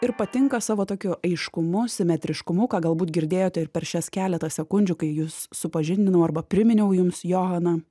ir patinka savo tokiu aiškumu simetriškumu ką galbūt girdėjote ir per šias keletą sekundžių kai jus supažindinau arba priminiau jums johaną